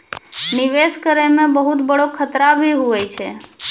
निवेश करै मे बहुत बड़ो खतरा भी हुवै छै